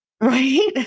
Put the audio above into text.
Right